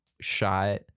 shot